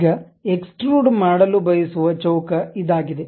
ಈಗ ಎಕ್ಸ್ಟ್ರುಡ ಮಾಡಲು ಬಯಸುವ ಚೌಕ ಇದಾಗಿದೆ